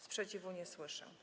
Sprzeciwu nie słyszę.